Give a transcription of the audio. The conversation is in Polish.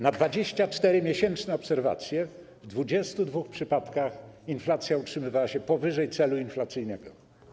Na 24 miesięczne obserwacje w 22 przypadkach inflacja utrzymywała się powyżej celu inflacyjnego.